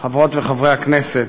חברות וחברי הכנסת,